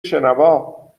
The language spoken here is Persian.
شنوا